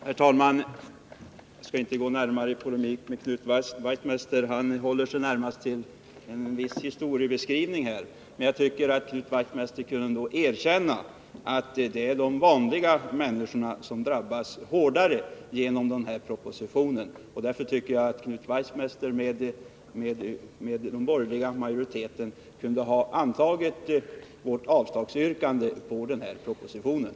Herr talman! Jag skall inte gå in i polemik med Knut Wachtmeister, eftersom han bara höll sig till historien. Men jag tycker ändå att Knut Wachtmeister kunde erkänna att det är de vanliga människorna som drabbas hårdast av förslagen i den här propositionen. Knut Wachtmeister och den borgerliga majoriteten borde därför ha stött vårt yrkande om avslag på propositionen.